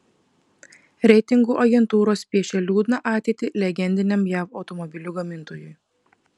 reitingų agentūros piešia liūdną ateitį legendiniam jav automobilių gamintojui